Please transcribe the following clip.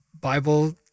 Bible